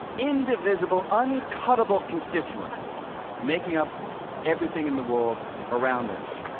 indivisible, uncuttable constituents making up everything in the world around us?